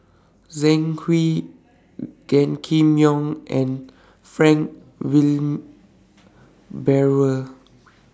Zhang Hui Gan Kim Yong and Frank Wilmin Brewer